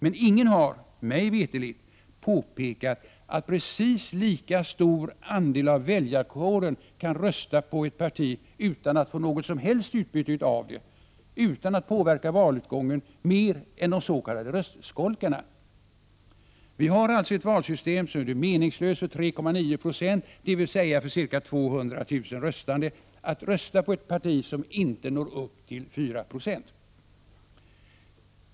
Men ingen har, mig veterligt, påpekat att precis lika stor andel av väljarkåren kan rösta på ett parti utan att få något som helst utbyte av det, utan att påverka valutgången mer än de s.k. röstskolkarna. Vi har alltså ett valsystem som gör det meningslöst för 3,9 96, dvs. för ca 200 000 röstande att rösta på ett parti som inte når upp till 4 90.